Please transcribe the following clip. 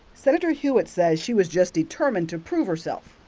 senator hewitt says she was just determined to prove herself.